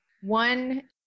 One